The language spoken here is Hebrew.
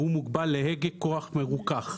שהוא מוגבל להגה כוח מרוכך.